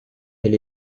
elle